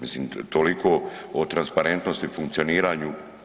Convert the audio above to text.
Mislim, toliko o transparentnosti i funkcioniranju.